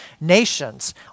nations